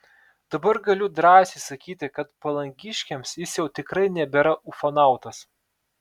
dabar galiu drąsiai sakyti kad palangiškiams jis jau tikrai nebėra ufonautas